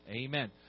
Amen